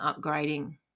upgrading